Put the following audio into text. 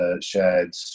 shared